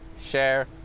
Share